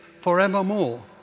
forevermore